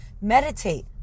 Meditate